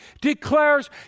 declares